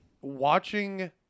Watching